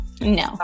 no